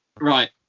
Right